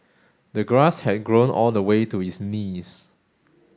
the grass had grown all the way to his knees